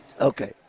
Okay